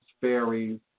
fairies